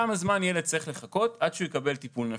כמה זמן ילד צריך לחכות עד שהוא יקבל טיפול נפשי.